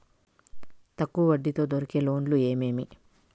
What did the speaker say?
తక్కువ వడ్డీ తో దొరికే లోన్లు ఏమేమి